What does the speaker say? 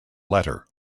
letter